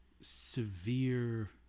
severe